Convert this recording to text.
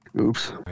Oops